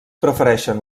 prefereixen